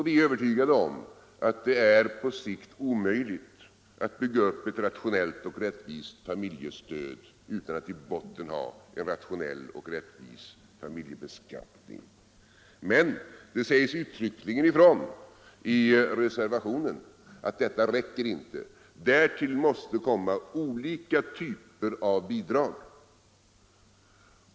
Vi är övertygade om att det på sikt är omöjligt att bygga upp ett rationellt och rättvist familjestöd utan att i botten ha en rationell och rättvis beskattning. Men det sägs uttryckligen i reservationen att detta räcker inte; därtill måste komma olika typer av bidrag.